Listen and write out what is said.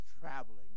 traveling